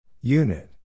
Unit